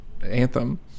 Anthem